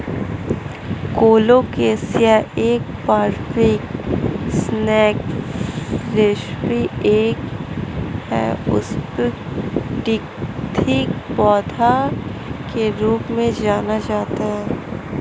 colocasia एक पारंपरिक snack recipe है एक उष्णकटिबंधीय पौधा के रूप में जाना जाता है